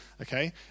okay